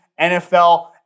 NFL